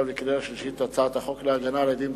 ולקריאה השלישית את הצעת החוק להגנה על עדים,